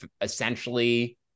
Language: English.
essentially